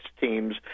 teams